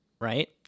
right